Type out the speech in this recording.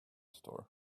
store